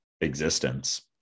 existence